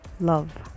love